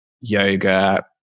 yoga